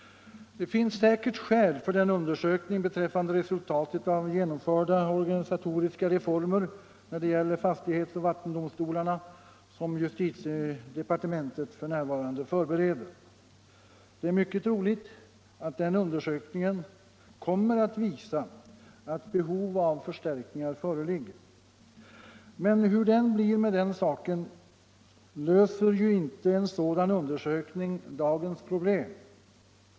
Det finns säkert också skäl för den undersökning rörande resultaten av genomförda organisatoriska reformer när det gäller fastighetsoch vattendomstolarna som nu förbereds i justitiedepartementet. Det är mycket troligt att den undersökningen kommer att visa att behov av förstärkningar föreligger. Men hur det än blir med den saken löser ju en sådan undersökning inte dagens problem.